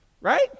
right